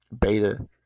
beta